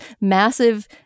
massive